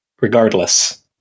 regardless